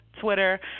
twitter